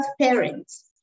parents